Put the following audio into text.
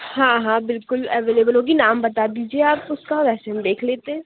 ہاں ہاں بالکل ایویلیول ہوگی نام بتا دیجیے آپ اُس کا ویسے ہم دیکھ لیتے ہیں